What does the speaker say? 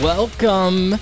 Welcome